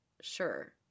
Sure